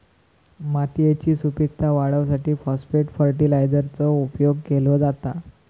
मातयेची सुपीकता वाढवूसाठी फाॅस्फेट फर्टीलायझरचो उपयोग केलो जाता